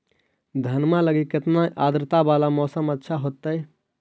धनमा लगी केतना आद्रता वाला मौसम अच्छा होतई?